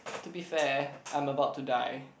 to be fair I'm about to die